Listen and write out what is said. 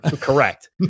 Correct